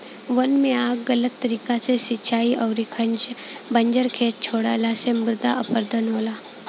वन में आग गलत तरीका से सिंचाई अउरी बंजर खेत छोड़ला से मृदा अपरदन होला